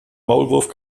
maulwurf